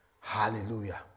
hallelujah